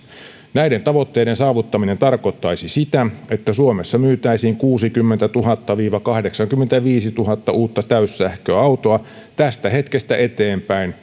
näiden tavoitteiden saavuttaminen tarkoittaisi sitä että suomessa myytäisiin kuusikymmentätuhatta viiva kahdeksankymmentäviisituhatta uutta täyssähköautoa tästä hetkestä eteenpäin